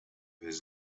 his